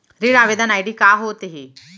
ऋण आवेदन आई.डी का होत हे?